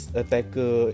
attacker